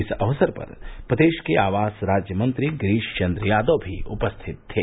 इस अवसर पर प्रदेश के आवास राज्य मंत्री गिरीश चन्द्र यादव भी उपस्थित थे